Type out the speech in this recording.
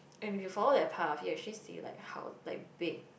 and you follow that path you actually see like how like big